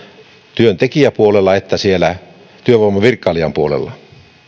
työntekijäpuolella että siellä työvoimavirkailijan puolella